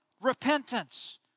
repentance